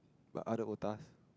but other otahs